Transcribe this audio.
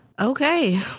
okay